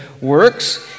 works